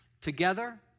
Together